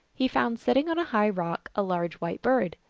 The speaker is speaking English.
he found sitting on a high rock a large white bird.